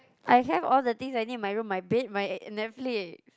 I have all the things I need in my room my bed my Netflix